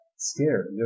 scared